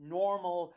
normal